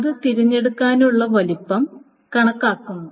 അത് തിരഞ്ഞെടുക്കാനുള്ള വലിപ്പം കണക്കാക്കുന്നു